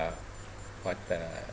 what the